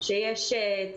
עבודה